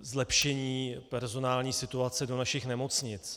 zlepšení personální situace do našich nemocnic.